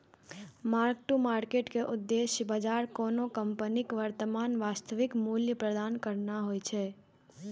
mark to market के उद्देश्य बाजार कोनो कंपनीक वर्तमान वास्तविक मूल्य प्रदान करना होइ छै